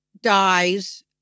dies